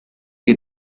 que